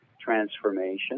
transformation